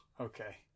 okay